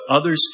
others